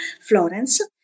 Florence